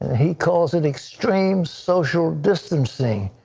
he calls it extreme social distancing.